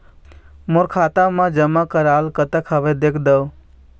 मोर खाता मा जमा कराल कतना हवे देख देव?